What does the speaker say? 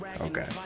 okay